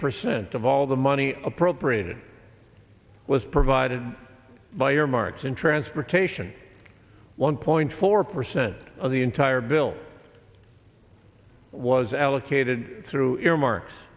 percent of all the money appropriated was provided by your marks in transportation one point four percent of the entire bill was allocated through earmarks